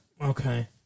okay